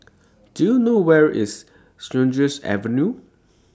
Do YOU know Where IS Sheares Avenue